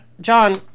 John